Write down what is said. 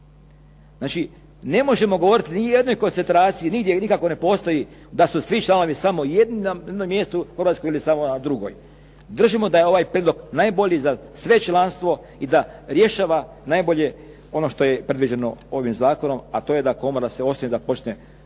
Znači ne možemo govoriti ni o jednoj koncentraciji, nigdje nikako ne postoji da su svi članovi na jednom mjestu u Hrvatskoj ili samo na drugoj. Držimo da je ovaj prijedlog najbolji za sve članstvo i da rješava najbolje ono što je predviđeno ovim zakonom a to je da komora se osnuje, da počne